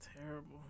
terrible